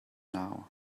now